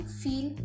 feel